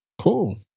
Cool